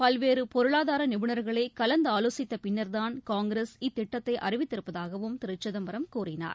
பல்வேறு பொருளாதார நிபுணர்களை கலந்தாலோசித்த பின்னர் தான் காங்கிரஸ் இத்திட்டத்தை அறிவித்திருப்பதாகவும் திரு சிதம்பரம் கூறினார்